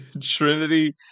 trinity